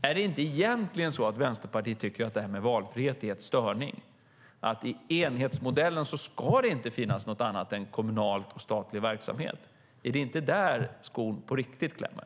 Är det inte egentligen så att Vänsterpartiet tycker att valfrihet är en störning? I enhetsmodellen ska det inte finnas något annat än kommunal och statlig verksamhet. Är det inte där skon klämmer på riktigt?